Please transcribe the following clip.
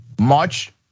March